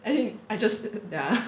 I think I just ya